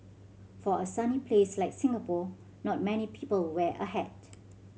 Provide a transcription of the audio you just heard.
for a sunny place like Singapore not many people wear a hat